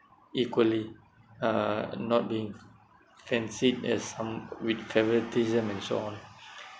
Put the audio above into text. equally uh not being fancied as some with favouritism and so on